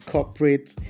Corporate